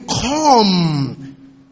come